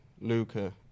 Luca